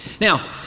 Now